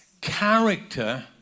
character